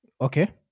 Okay